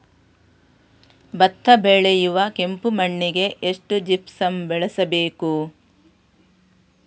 ಭತ್ತ ಬೆಳೆಯುವ ಕೆಂಪು ಮಣ್ಣಿಗೆ ಎಷ್ಟು ಜಿಪ್ಸಮ್ ಬಳಸಬೇಕು?